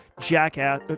jackass